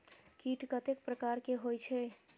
कीट कतेक प्रकार के होई छै?